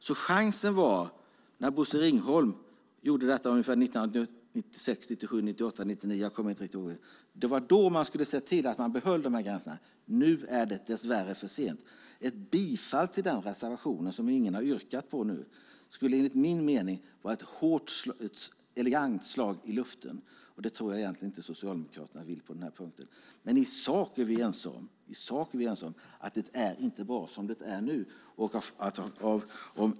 Bosse Ringholm hade chansen i slutet av 90-talet. Då skulle han ha sett till att gränserna behölls. Nu är det dess värre för sent. Ett bifall till denna reservation, som ingen har yrkat på, skulle enligt min mening vara ett elegant slag i luften. Det tror jag inte att Socialdemokraterna vill. I sak är vi dock ense om att det inte är bra som det är nu.